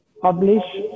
publish